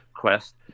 quest